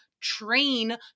train